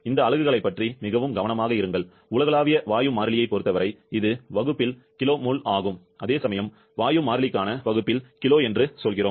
இந்த அலகுகளைப் பற்றி மிகவும் கவனமாக இருங்கள் உலகளாவிய வாயு மாறிலியைப் பொறுத்தவரை இது வகுப்பில் கிலோ மோல் ஆகும் அதேசமயம் வாயு மாறிலிக்கான வகுப்பில் கிலோ என்று சொல்கிறோம்